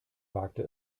wagte